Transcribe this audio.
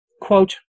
Quote